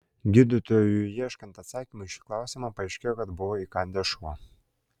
gydytojui ieškant atsakymų į šį klausimą paaiškėjo kad buvo įkandęs šuo